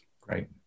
great